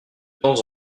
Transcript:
temps